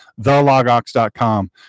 TheLogOx.com